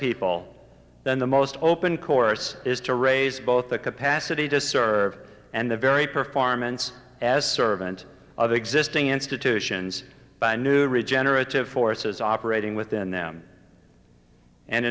people then the most open course is to raise both the capacity to serve and the very performance as servant of existing institutions by new regenerative forces operating within them and